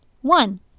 One